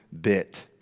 bit